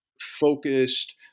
focused